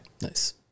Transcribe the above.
Nice